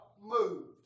Moved